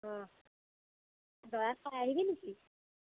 অঁ দৰা চাই আহিবি নেকি